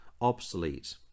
obsolete